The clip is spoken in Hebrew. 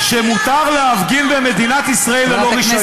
שמותר להפגין במדינת ישראל ללא רישיון.